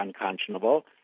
unconscionable